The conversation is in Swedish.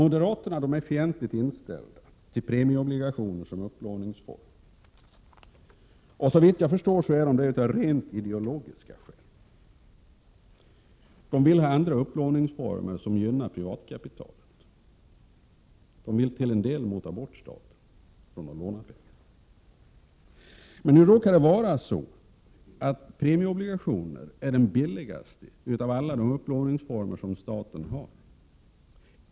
Moderaterna är fientligt inställda till premieobligationer som upplåningsform. Såvitt jag förstår är de det av rent ideologiska skäl. De vill ha andra upplåningsformer, som gynnar privatkapitalet. De vill till en del mota bort staten från möjligheten att låna pengar. Nu råkar premieobligationer vara den billigaste av alla upplåningsformer som staten har.